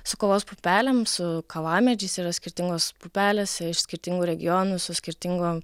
su kavos pupelėm su kavamedžiais yra skirtingos pupelės iš skirtingų regionų su skirtingom